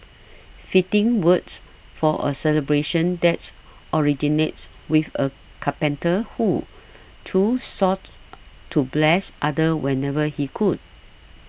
fitting words for a celebration that originates with a carpenter who too sought to bless others whenever he could